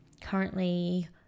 currently